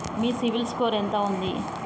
మీ CIBIL score ఎంత ఉంది?